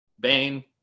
Bane